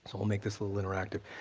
so i'll make this a little interactive,